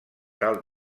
tal